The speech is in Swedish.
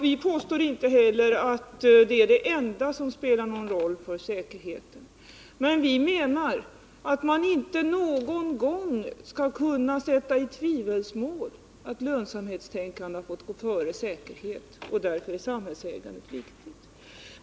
Vi påstår inte att det är det enda som spelar roll för säkerheten, men vi menar att man inte någon gång skall behöva misstänka att lönsamhetstänkande har fått gå före säkerhet. Därför är samhällsägande viktigt.